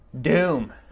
Doom